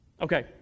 Okay